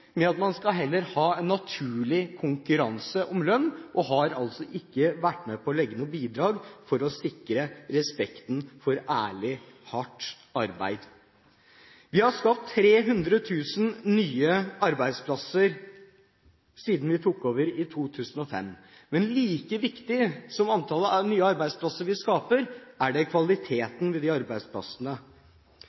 at man heller skal ha en naturlig konkurranse om lønn, og har altså ikke vært med på å gi noen bidrag for å sikre respekten for ærlig, hardt arbeid. Vi har skapt 300 000 nye arbeidsplasser siden vi tok over i 2005, men like viktig som antallet nye arbeidsplasser vi skaper, er kvaliteten på disse arbeidsplassene.